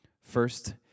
First